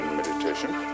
Meditation